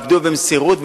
במסירות,